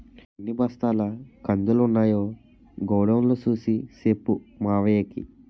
ఎన్ని బస్తాల కందులున్నాయో గొడౌన్ లో సూసి సెప్పు మావయ్యకి